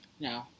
No